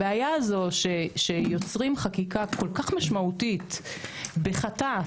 הבעיה הזו שיוצרים חקיקה כל כך משמעותית בחטף,